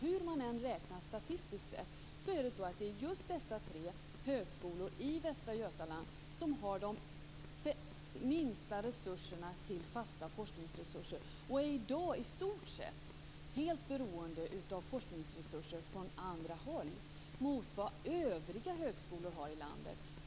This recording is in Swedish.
Hur man än räknar statistiskt är det just dessa tre högskolor i Västra Götaland som har minst att satsa på fasta forskningsresurser. I dag är de i stort sett helt beroende av forskningsresurser från andra håll jämfört med övriga högskolor i landet.